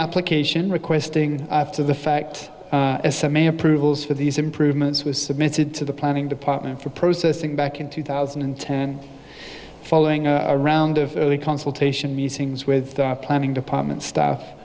application requesting after the fact as some a approvals for these improvements was submitted to the planning department for processing back in two thousand and ten following a round of early consultation meetings with the planning department staff